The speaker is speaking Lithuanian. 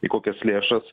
į kokias lėšas